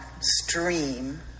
stream